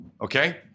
Okay